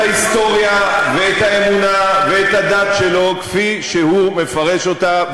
את ההיסטוריה ואת האמונה ואת הדת שלו כפי שהוא מפרש אותה.